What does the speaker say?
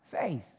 faith